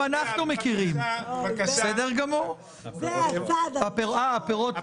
בתוכו גם את תוכנית סינגפור וגם את תוכנית סין הקומוניסטית,